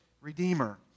redeemer